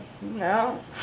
no